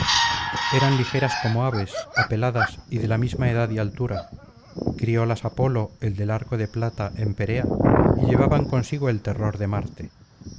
eran ligeras como aves apeladas y de la misma edad y altura criólas apolo el del arco de plata en perea y llevaban consigo el terror de marte